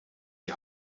die